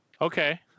Okay